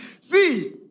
See